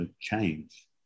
change